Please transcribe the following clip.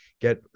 get